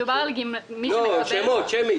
מדובר על --- לא, שמית.